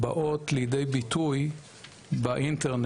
באות לידי ביטוי באינטרנט.